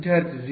ವಿದ್ಯಾರ್ಥಿ 0